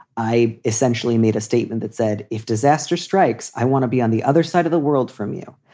i essentially made a statement that said if disaster strikes, i want to be on the other side of the world from you.